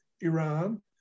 Iran